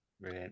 right